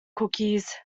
cookies